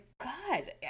God